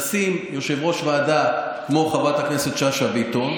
שלשים יושב-ראש ועדה כמו חברת הכנסת שאשא ביטון,